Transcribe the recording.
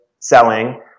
Selling